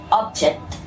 object